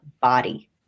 body